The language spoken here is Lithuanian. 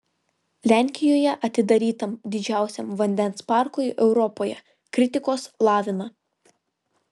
lenkijoje atidarytam didžiausiam vandens parkui europoje kritikos lavina